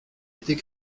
été